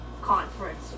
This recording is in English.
conference